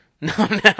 No